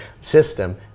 system